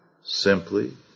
simply